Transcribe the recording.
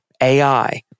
AI